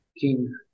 King